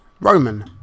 Roman